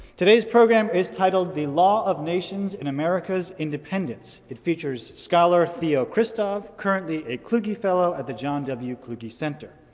today's program is titled the law of nations in america's independence. it features scholar theo christov, currently a kluge fellow at the john w. kluge center.